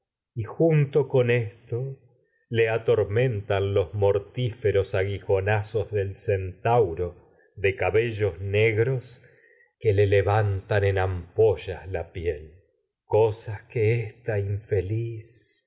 y junto esto le ator ca mentan los mortíferos aguijonazos del centauro de en bellos negros que le levantan ampollas la piel cosas gran que esta infeliz